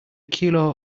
kilo